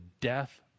death